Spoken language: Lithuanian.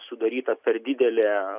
sudaryta per didelė